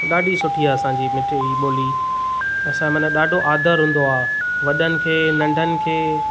ॾाढी सुठी आहे असांजी मिठिड़ी ॿोली असां माना ॾाढो आदरु हूंदो आहे वॾनि खे नंढनि खे